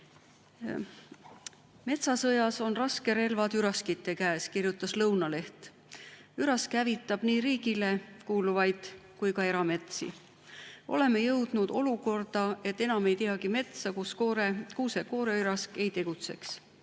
"Metsasõjas on raskerelvad üraskite käes," kirjutas Lõunaleht. Ürask hävitab nii riigile kuuluvaid kui ka erametsi. Oleme jõudnud olukorda, et enam ei teagi metsa, kus kuuse-kooreürask ei tegutseks.